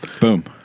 Boom